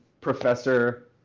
professor